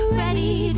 ready